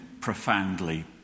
profoundly